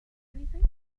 anything